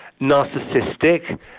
narcissistic